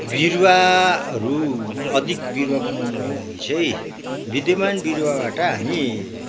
बिरुवाहरू अधिक बिरुवा बनाउनको लागि चाहिँ विद्यमान बिरुवाबाट हामी